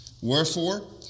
Wherefore